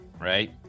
right